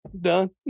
Done